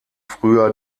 früher